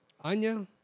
Anya